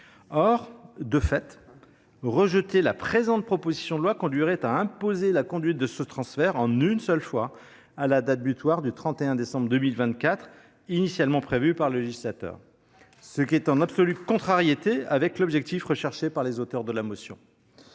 Or, de fait, rejeter la présente proposition de loi conduirait à imposer la conduite de ce transfert en une seule fois, à la date butoir du 31 décembre 2024 initialement prévue par le législateur, ce qui est en absolue contradiction avec l’objectif des auteurs de la motion.